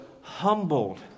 humbled